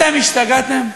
אתם השתגעתם?